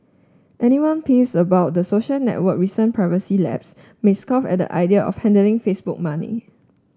anyone peeves about the social network recent privacy lapses may scoff at the idea of handing Facebook money